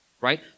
right